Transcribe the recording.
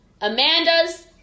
Amanda's